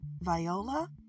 Viola